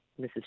Mrs